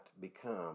become